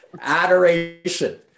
Adoration